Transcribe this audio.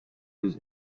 his